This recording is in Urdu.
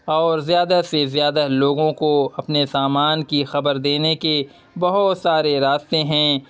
اور زیادہ سے زیادہ لوگوں کو اپنے سامان کی خبر دینے کے بہت سارے راستے ہیں